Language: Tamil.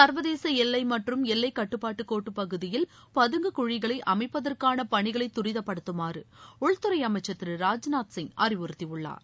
சர்வதேச எல்லை மற்றும் எல்லை கட்டுப்பாட்டுக்கோட்டுப் பகுதியில்பதுங்கு குழிகள் அமைக்கும் பணிகளை துரிதப்படுத்தமாறு உள்துறை அமைச்சர் திரு ராஜ்நாத் சிங் அறிவுறுத்தியுள்ளார்